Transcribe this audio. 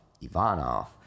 Ivanov